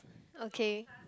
okay